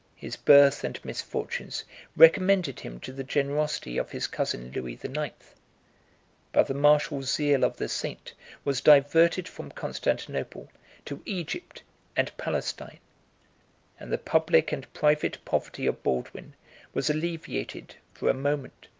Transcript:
his birth and misfortunes recommended him to the generosity of his cousin louis the ninth but the martial zeal of the saint was diverted from constantinople to egypt and palestine and the public and private poverty of baldwin was alleviated, for a moment,